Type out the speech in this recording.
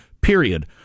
period